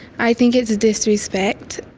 i think it's disrespect.